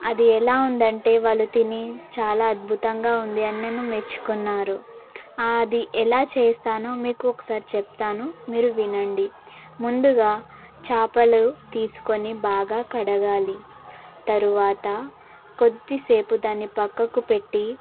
అది ఎలా ఉందంటే వాళ్ళు తిని చాలా అద్భుతంగా ఉంది అని నన్ను మెచ్చుకున్నారు అది ఎలా చేస్తాను మీకు ఒకసారి చెప్తాను మీరు వినండి ముందుగా చేపలు తీసుకొని బాగా కడగాలి తరువాత కొద్దిసేపు దాని పక్కకు పెట్టి